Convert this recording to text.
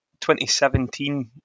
2017